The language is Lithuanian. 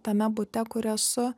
tame bute kur esu